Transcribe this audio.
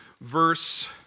verse